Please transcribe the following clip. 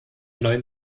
neuen